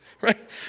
Right